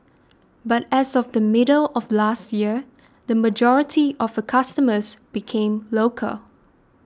but as of the middle of last year the majority of her customers became local